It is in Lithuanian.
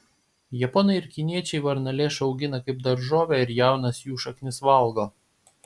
japonai ir kiniečiai varnalėšą augina kaip daržovę ir jaunas jų šaknis valgo